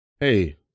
Hey